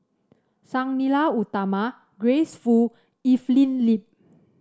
Sang Nila Utama Grace Fu Evelyn Lip